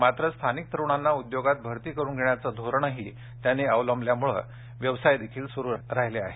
मात्र स्थानिक तरुणांना उद्योगात भरती करुन घेण्याचं धोरण त्यांनी अवलंबल्यामुळं व्यवसायही सुरु राहिला आहे